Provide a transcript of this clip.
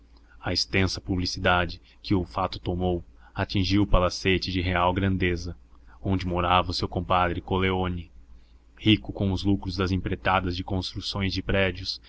a extensa publicidade que o fato tomou atingiu o palacete de real grandeza onde morava o seu compadre coleoni rico com os lucros das empreitadas de construções de prédios